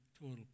total